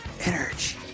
Energy